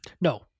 No